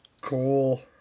Cool